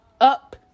up